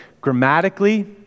grammatically